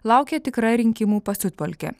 laukia tikra rinkimų pasiutpolkė